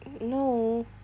No